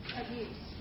abuse